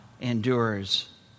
endures